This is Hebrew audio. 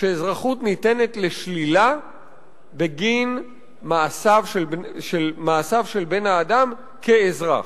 שאזרחות ניתנת לשלילה בגין מעשיו של בן-האדם כאזרח.